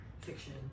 fiction